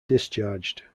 discharged